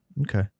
Okay